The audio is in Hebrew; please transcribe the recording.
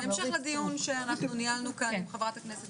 בהמשך לדיון שניהלנו כאן עם חברת הכנסת